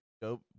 Dope